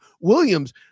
Williams